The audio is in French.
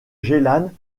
gélannes